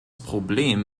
problem